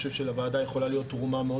אני חושב שלוועדה יכולה להיות תרומה מאוד